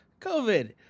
COVID